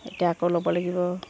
এতিয়া আকৌ ল'ব লাগিব